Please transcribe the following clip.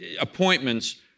appointments